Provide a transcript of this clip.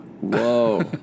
Whoa